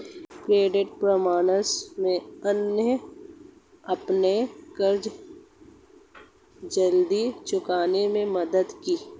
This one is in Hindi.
क्रेडिट परामर्श ने उन्हें अपना कर्ज जल्दी चुकाने में मदद की